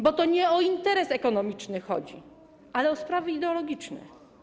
Bo to nie o interes ekonomiczny chodzi, ale o sprawy ideologiczne.